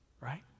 right